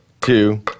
two